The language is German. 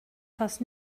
fast